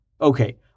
okay